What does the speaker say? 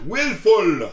Willful